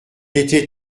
était